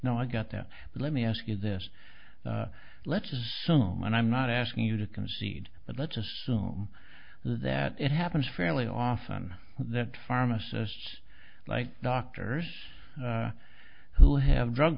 no i got that but let me ask you this let's assume and i'm not asking you to concede but let's assume that it happens fairly often that pharmacists like doctors who have drug